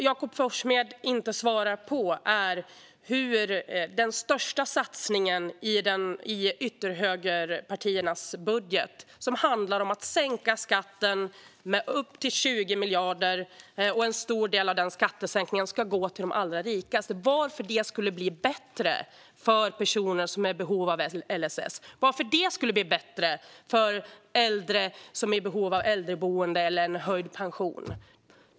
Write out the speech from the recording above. Jakob Forssmed svarar inte på varför den största satsningen i ytterhögerpartiernas budget, som handlar om en skattesänkning på upp till 20 miljarder framför allt till de allra rikaste, skulle göra det bättre för personer som är i behov av LSS eller för äldre som är i behov av äldreboende eller höjd pension.